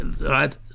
right